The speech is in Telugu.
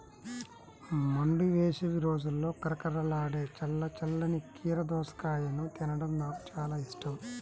మండు వేసవి రోజుల్లో కరకరలాడే చల్ల చల్లని కీర దోసకాయను తినడం నాకు చాలా ఇష్టం